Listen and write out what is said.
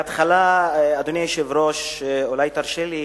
בהתחלה, אדוני היושב-ראש, אולי תרשה לי